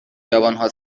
جوانها